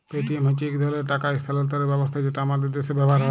Paytm হছে ইক ধরলের টাকা ইস্থালাল্তরের ব্যবস্থা যেট আমাদের দ্যাশে ব্যাভার হ্যয়